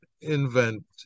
invent